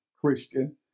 Christian